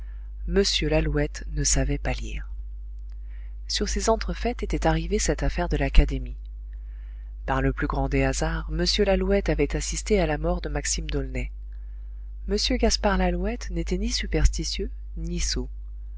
m lalouette ne savait pas lire sur ces entrefaites était arrivée cette affaire de l'académie par le plus grand des hasards m lalouette avait assisté à la mort de maxime d'aulnay m gaspard lalouette n'était ni superstitieux ni sot